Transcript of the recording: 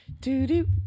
do-do